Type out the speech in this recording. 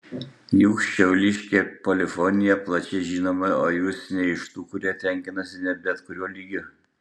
juk šiauliškė polifonija plačiai žinoma o jūs ne iš tų kurie tenkinasi bet kuriuo lygiu